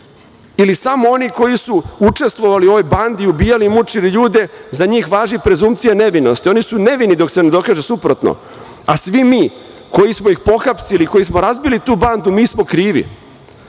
ili samo oni koji su učestvovali u ovoj bandi, ubijali, mučili ljude, za njih važi prezumpcija nevinosti? Oni su nevini dok se ne dokaže suprotno, a svi mi koji smo ih pohapsili, koji smo razbili tu bandu mi smo krivi.